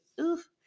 oof